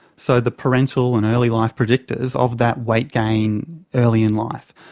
so the parental and early-life predictors of that weight gain early in life,